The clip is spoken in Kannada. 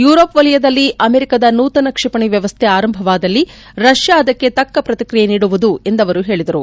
ಯೂರೋಪ್ ವೆಲಯದಲ್ಲಿ ಅಮೆರಿಕದ ನೂತನ ಕ್ಷಿಪಣಿ ವ್ಯವಸ್ದೆ ಆರಂಭವಾದಲ್ಲಿ ರಷ್ಯಾ ಅದಕ್ಕೆ ತಕ್ಕ ಪ್ರತಿಕ್ರಿಯೆ ನೀಡುವುದು ಎಂದು ಅವರು ಹೇಳಿದರು